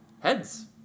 heads